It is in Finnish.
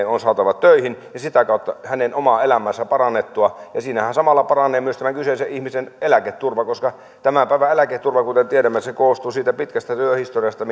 on saatava töihin ja sitä kautta hänen omaa elämäänsä parannettua ja siinähän samalla paranee myös tämän kyseisen ihmisen eläketurva koska tämän päivän eläketurva kuten tiedämme koostuu siitä pitkästä työhistoriasta